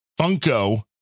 Funko